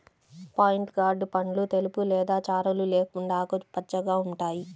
pointed gourd పండ్లు తెలుపు లేదా చారలు లేకుండా ఆకుపచ్చగా ఉంటాయి